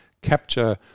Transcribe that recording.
capture